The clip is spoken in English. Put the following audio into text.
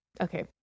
Okay